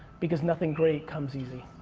because nothing great comes easy.